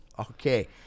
Okay